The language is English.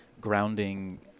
grounding